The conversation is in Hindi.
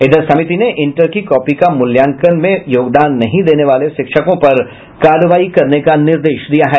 इधर समिति ने इंटर की कॉपी का मूल्यांकन में योगदान नहीं देने वाले शिक्षकों पर कार्रवाई करने का निर्देश दिया है